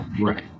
Right